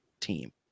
team